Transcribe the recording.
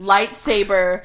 Lightsaber